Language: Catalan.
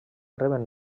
reben